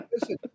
Listen